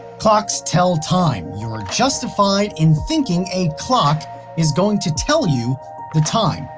clocks tell time. you're justified in thinking a clock is going to tell you the time.